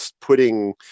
putting